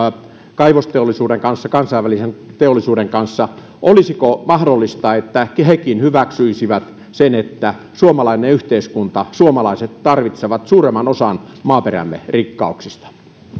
kaivosteollisuuden kanssa kansainvälisen teollisuuden kanssa olisiko mahdollista että hekin hyväksyisivät sen että suomalainen yhteiskunta suomalaiset tarvitsevat suuremman osan maaperämme rikkauksista